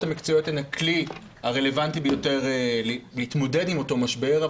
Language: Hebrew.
המקצועיות הן הכלי הרלוונטי ביותר להתמודד עם אותו משבר,